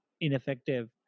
ineffective